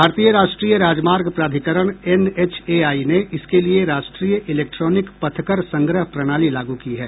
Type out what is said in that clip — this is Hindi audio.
भारतीय राष्ट्रीय राजमार्ग प्राधिकरण एनएचएआई ने इसके लिए राष्ट्रीय इलेक्ट्रॉनिक पथकर संग्रह प्रणाली लागू की है